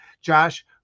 Josh